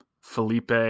Felipe